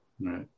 Right